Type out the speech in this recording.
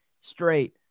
straight